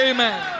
Amen